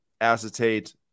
acetate